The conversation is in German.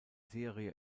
serie